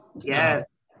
yes